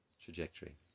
trajectory